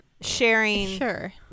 sharing